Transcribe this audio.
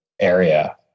area